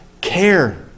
care